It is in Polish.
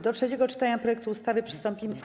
Do trzeciego czytania projektu ustawy przystąpimy.